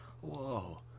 Whoa